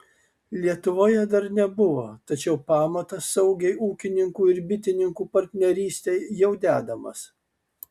lietuvoje dar nebuvo tačiau pamatas saugiai ūkininkų ir bitininkų partnerystei jau dedamas